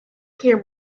came